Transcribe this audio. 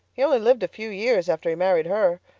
he only lived a few years after he married her.